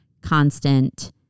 constant